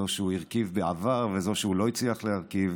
זאת שהוא הרכיב בעבר וזאת שהוא לא הצליח להרכיב.